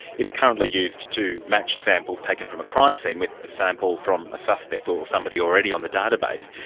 it's currently used to match samples taken from a crime scene, with a sample from a suspect or somebody already on the database.